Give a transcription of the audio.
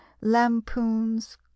lampoons